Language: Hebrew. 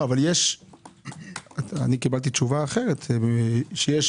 אני קיבלתי תשובה אחרת, שיש